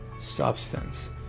substance